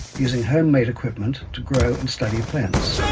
using home-made equipment to grow and study plants,